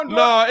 no